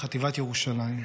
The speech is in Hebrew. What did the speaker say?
חטיבת ירושלים: